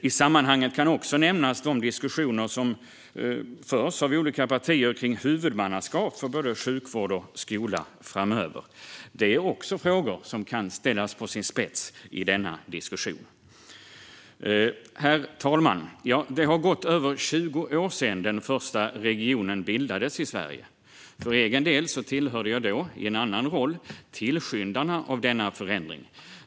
I sammanhanget kan också nämnas de diskussioner som förs av olika partier kring huvudmannaskap för både sjukvård och skola framöver. Det är också frågor som kan ställas på sin spets i denna diskussion. Herr talman! Det har gått över 20 år sedan den första regionen bildades i Sverige. För egen del tillhörde jag då, i en annan roll, tillskyndarna av denna förändring.